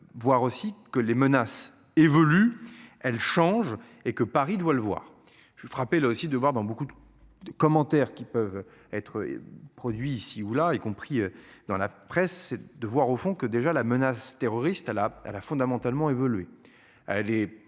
voir aussi que les menaces évoluent elle change et que Paris doit le voir je suis frappé là aussi de voir dans beaucoup de. Commentaires qui peuvent être. Produits ici ou là, y compris dans la presse et de voir au fond que déjà la menace terroriste. Elle a elle a fondamentalement évolué.